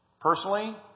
Personally